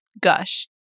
gush